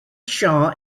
shaw